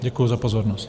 Děkuji za pozornost.